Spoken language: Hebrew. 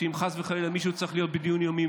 ואם חס וחלילה מישהו צריך להיות בדיון מאוימים,